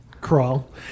crawl